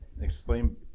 explain